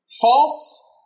False